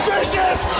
Vicious